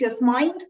mind